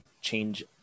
change